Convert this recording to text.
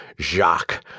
Jacques